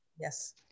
Yes